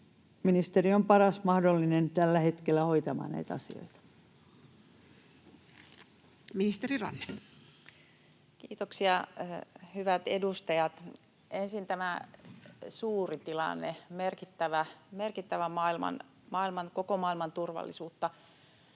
ministeri on paras mahdollinen tällä hetkellä hoitamaan näitä asioita. Ministeri Ranne. Kiitoksia. —Hyvät edustajat, ensin tämä suuri tilanne: merkittävä, koko maailman turvallisuutta